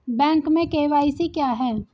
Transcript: Bank में KYC क्या है?